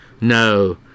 No